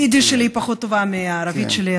היידיש שלי פחות טובה מהערבית שלי,